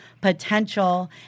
potential